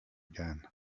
again